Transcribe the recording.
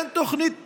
אין תוכנית